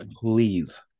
please